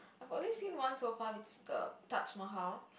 I've only seen one so far which is the Taj Mahal